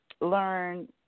learn